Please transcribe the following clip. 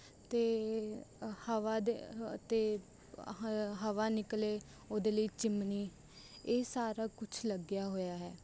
ਅਤੇ ਹਵਾ ਦੇ ਅਤੇ ਹਵਾ ਨਿਕਲੇ ਉਹਦੇ ਲਈ ਚਿਮਨੀ ਇਹ ਸਾਰਾ ਕੁਛ ਲੱਗਿਆ ਹੋਇਆ ਹੈ